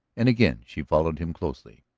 and again she followed him closely.